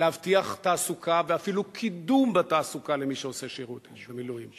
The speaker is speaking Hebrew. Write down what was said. להבטיח תעסוקה ואפילו קידום בתעסוקה למי שעושה שירות מילואים.